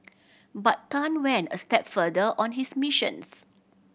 but Tan went a step further on his missions